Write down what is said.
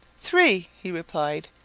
three, he replied,